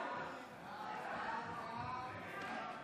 להעביר את הצעת חוק לתיקון פקודת מס הכנסה (הכרה